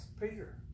Peter